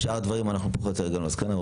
שאר הדברים אנחנו פחות או יותר הגענו להסכמה.